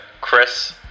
Chris